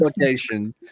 location